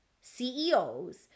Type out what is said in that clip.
CEOs